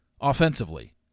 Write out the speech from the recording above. offensively